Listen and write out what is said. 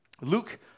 Luke